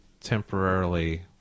Temporarily